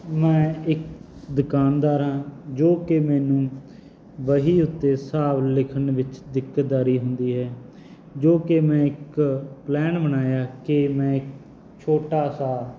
ਮੈਂ ਇੱਕ ਦੁਕਾਨਦਾਰ ਹਾਂ ਜੋ ਕਿ ਮੈਨੂੰ ਵਹੀ ਉੱਤੇ ਹਿਸਾਬ ਲਿਖਣ ਵਿੱਚ ਦਿੱਕਤਦਾਰੀ ਹੁੰਦੀ ਹੈ ਜੋ ਕਿ ਮੈਂ ਇੱਕ ਪਲੈਨ ਬਣਾਇਆ ਕਿ ਮੈਂ ਛੋਟਾ ਸਾ